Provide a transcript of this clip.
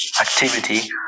activity